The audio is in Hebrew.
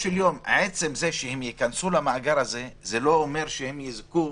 עצם זה שהם ייכנסו למאגר הזה, זה לא אומר שהם יזכו